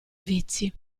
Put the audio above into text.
vizi